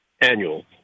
Annual